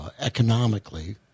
economically